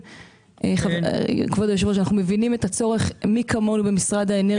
כבוד היושב-ראש, מי כמונו במשרד האנרגיה מבין.